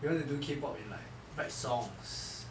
you wanna do K pop in like write songs